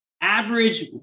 Average